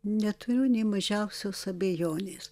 neturiu nė mažiausios abejonės